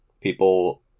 People